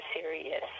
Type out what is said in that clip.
serious